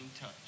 touch